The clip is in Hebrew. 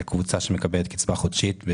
קבוצה אחת היא הקבוצה שמקבלת קצבה חודשית.